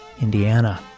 Indiana